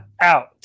out